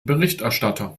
berichterstatter